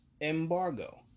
embargo